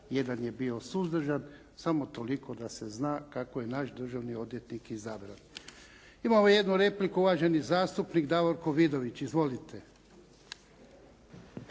za, 1 je bio suzdržan. Samo toliko da se zna kako je naš državni odvjetnik izabran. Imamo jednu repliku, uvaženi zastupnik Davorko Vidović. Izvolite.